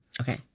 Okay